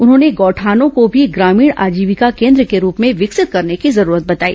उन्होंने गौठानों को भी ग्रामीण आजीविका केन्द्र के रूप में विकसित करने की जरूरत बताई